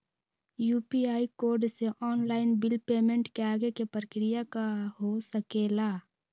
UPI code से online bill payment के आगे के प्रक्रिया का हो सके ला?